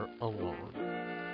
alone